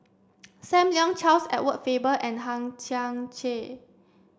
Sam Leong Charles Edward Faber and Hang Chang Chieh